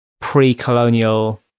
pre-colonial